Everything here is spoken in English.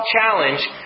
challenge